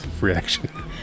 Reaction